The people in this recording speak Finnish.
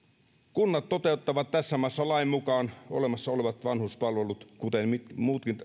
kunnat toteuttavat tässä maassa lain mukaan olemassa olevat vanhuspalvelut kuten muutkin